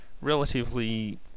relatively